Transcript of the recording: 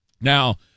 now